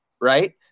Right